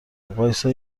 وایستا